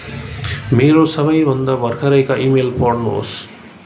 मेरो सबैभन्दा भर्खरैका इमेल पढ्नुहोस्